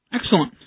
Excellent